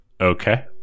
okay